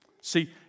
see